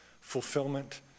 fulfillment